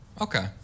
Okay